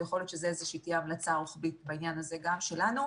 ויכול להיות שתהיה איזושהי המלצה רוחבית בעניין הזה גם שלנו.